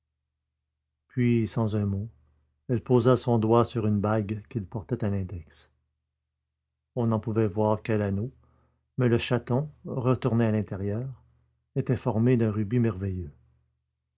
puis sans un mot elle posa son doigt sur une bague qu'il portait à l'index on n'en pouvait voir que l'anneau mais le chaton retourné à l'intérieur était formé d'un rubis merveilleux